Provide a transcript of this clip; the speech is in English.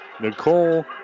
nicole